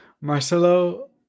Marcelo